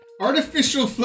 Artificial